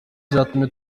cyatumye